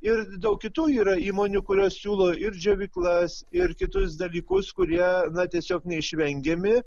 ir daug kitų yra įmonių kurios siūlo ir džiovyklas ir kitus dalykus kurie na tiesiog neišvengiami